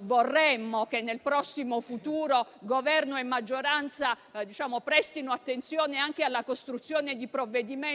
Vorremmo che nel prossimo futuro Governo e maggioranza prestassero attenzione alla costruzione di provvedimenti